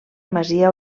masia